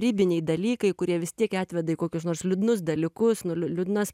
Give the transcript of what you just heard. ribiniai dalykai kurie vis tiek atveda į kokius nors liūdnus dalykus nu liu liūdnas